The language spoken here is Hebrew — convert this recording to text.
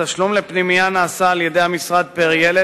התשלום לפנימייה נעשה על-ידי המשרד פר ילד,